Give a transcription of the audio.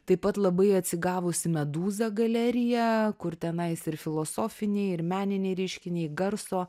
taip pat labai atsigavusi medūza galerija kur tenais ir filosofiniai ir meniniai reiškiniai garso